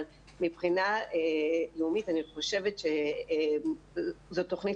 אבל מבחינה לאומית אני חושבת שזו תוכנית